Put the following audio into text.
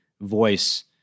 voice